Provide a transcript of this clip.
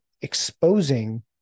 exposing